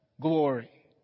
glory